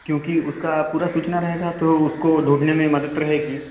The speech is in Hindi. क्योंकि उसका पूरा सूचना रहेगा तो उसको ढूँढने में मदद रहेगी